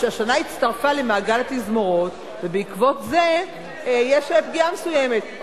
שהשנה הצטרפה למעגל התזמורות ובעקבות זה יש פגיעה מסוימת?